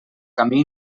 camí